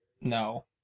No